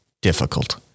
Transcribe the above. difficult